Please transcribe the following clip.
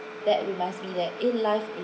that you must be that like eh life